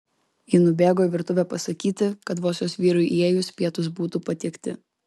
ji nubėgo į virtuvę pasakyti kad vos jos vyrui įėjus pietūs būtų patiekti